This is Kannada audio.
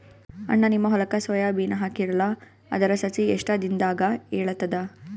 ಅಣ್ಣಾ, ನಿಮ್ಮ ಹೊಲಕ್ಕ ಸೋಯ ಬೀನ ಹಾಕೀರಲಾ, ಅದರ ಸಸಿ ಎಷ್ಟ ದಿಂದಾಗ ಏಳತದ?